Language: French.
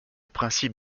principe